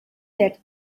that